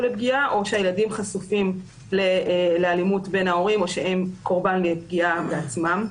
לפגיעה או שהילדים חשופים לאלימות בין ההורים או שהם קורבן לפגיעה בעצמם.